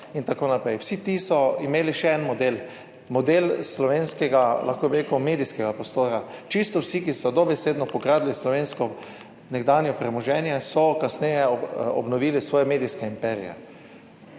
itn., vsi ti so imeli še en model, model slovenskega, lahko bi rekel medijskega prostora. Čisto vsi, ki so dobesedno pokradli slovensko nekdanje premoženje, so kasneje obnovili svoje medijske imperije.